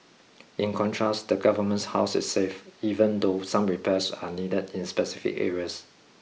in contrast the Government's house is safe even though some repairs are needed in specific areas